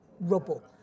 rubble